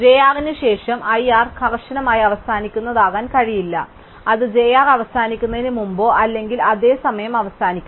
j r ന് ശേഷം i r കർശനമായി അവസാനിക്കുന്നതാകാൻ കഴിയില്ല അത് j r അവസാനിക്കുന്നതിനു മുമ്പോ അല്ലെങ്കിൽ അതേ സമയം അവസാനിക്കണം